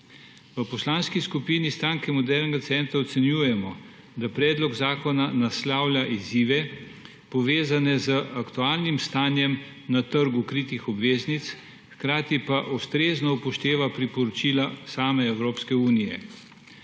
V Poslanski skupini Stranke modernega centra ocenjujemo, da predlog zakona naslavlja izzive, povezane z aktualnim stanjem na trgu kritih obveznic, hkrati pa ustrezno upošteva priporočila same Evropske unije.